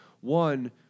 One